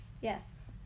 Yes